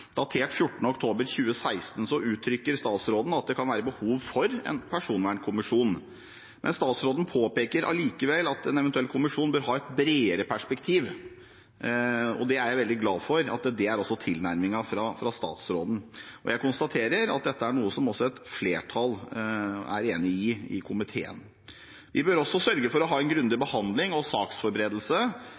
datert 14. oktober 2016, uttrykker statsråden at det kan være behov for en personvernkommisjon, men statsråden påpeker allikevel at en eventuell kommisjon bør ha et bredere perspektiv, og jeg er veldig glad for at det er tilnærmingen fra statsråden. Jeg konstaterer at dette er noe som et flertall i komiteen er enig i. Vi bør også sørge for å ha en grundig behandling og saksforberedelse